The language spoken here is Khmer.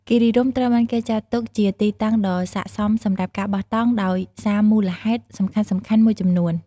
គិរីរម្យត្រូវបានគេចាត់ទុកជាទីតាំងដ៏ស័ក្តិសមសម្រាប់ការបោះតង់ដោយសារមូលហេតុសំខាន់ៗមួយចំនួន។